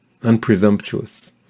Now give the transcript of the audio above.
unpresumptuous